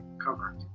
cover